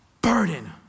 Burden